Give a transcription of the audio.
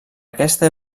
aquesta